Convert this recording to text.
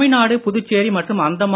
தமிழ்நாடு புதுச்சேரி மற்றும் அந்தமான